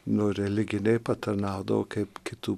nu religinėj patarnaudavo kaip kitų